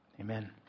Amen